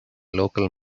local